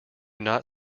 not